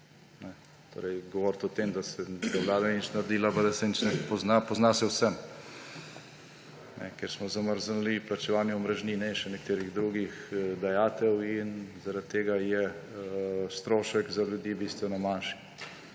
Torej govoriti o tem, da vlada ni nič naredila in da se nič ne pozna – pozna se vsem, ker smo zamrznili plačevanje omrežnine in še nekaterih drugih dajatev in zaradi tega je strošek za ljudi bistveno manjši.